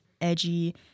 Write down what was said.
Edgy